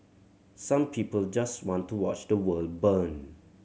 some people just want to watch the world burn